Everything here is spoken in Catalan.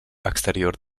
exterior